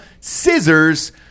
scissors